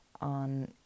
on